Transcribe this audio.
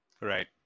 right